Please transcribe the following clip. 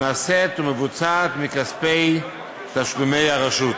נעשית ומבוצעת מכספי תשלומי הרשות.